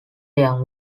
young